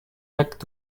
jacques